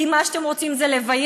כי מה שאתם רוצים לעשות זה לבייש,